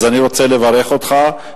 אז אני רוצה לברך אותך.